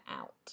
out